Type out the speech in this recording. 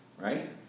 right